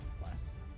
plus